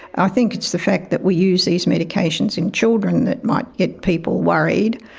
i think it's the fact that we use these medications in children that might get people worried.